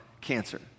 cancer